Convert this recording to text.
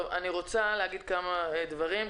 אני רוצה להגיד כמה דברים.